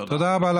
תודה רבה.